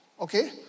okay